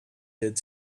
did